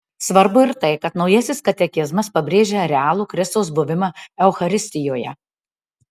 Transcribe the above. svarbu ir tai kad naujasis katekizmas pabrėžia realų kristaus buvimą eucharistijoje